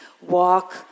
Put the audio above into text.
walk